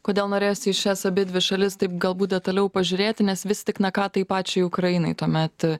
kodėl norėjosi į šias abidvi šalis taip galbūt detaliau pažiūrėti nes vis tik na ką tai pačiai ukrainai tuomet